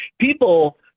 People